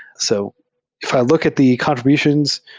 so if i look at the contr ibutions,